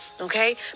okay